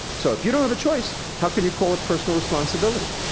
so, if you don't have a choice how can you call it personal responsibility?